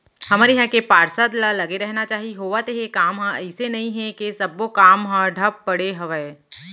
हमर इहाँ के पार्षद ल लगे रहना चाहीं होवत हे काम ह अइसे नई हे के सब्बो काम ह ठप पड़े हवय